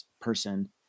person